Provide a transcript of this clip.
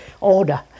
order